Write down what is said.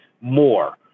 more